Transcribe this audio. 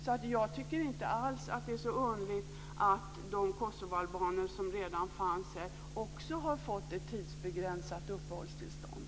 Jag tycker inte alls att det är så underligt att de kosovoalbaner som redan fanns här också har fått ett tidsbegränsat uppehållstillstånd.